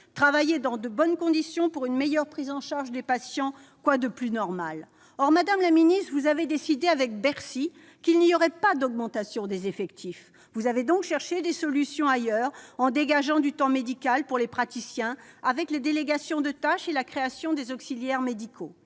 Travailler dans de bonnes conditions pour une meilleure prise en charge des patients, quoi de plus normal ? Or, madame la ministre, vous avez décidé avec Bercy qu'il n'y aurait pas d'augmentation des effectifs. Vous avez donc cherché des solutions ailleurs, en dégageant du temps médical pour les praticiens avec les délégations de tâches et la création des auxiliaires médicaux.